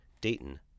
Dayton